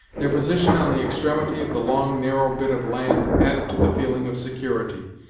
their position on the extremity of the long, narrow bit of land added to the feeling of security,